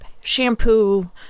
shampoo